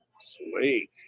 Sweet